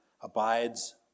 abides